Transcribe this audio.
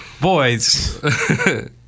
Boys